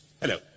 Hello